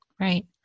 Right